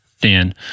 Dan